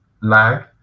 lag